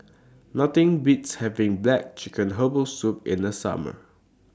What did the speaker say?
Nothing Beats having Black Chicken Herbal Soup in The Summer